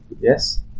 yes